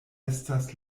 estas